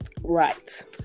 right